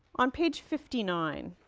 on page fifty nine.